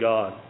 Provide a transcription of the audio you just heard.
God